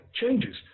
changes